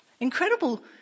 Incredible